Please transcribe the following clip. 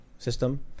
system